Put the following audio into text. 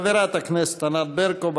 חברת הכנסת ענת ברקו,